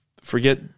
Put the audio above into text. Forget